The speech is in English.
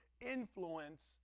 influence